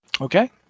Okay